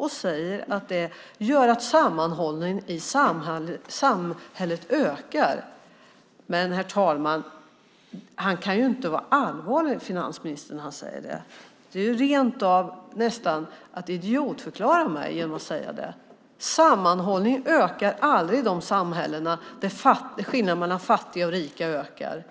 Han säger att det gör att sammanhållningen i samhället ökar. Herr talman! Finansministern kan inte vara allvarlig när han säger det. Det är nästan att idiotförklara mig att säga det. Sammanhållningen ökar aldrig i de samhällen där skillnaden mellan fattiga och rika ökar.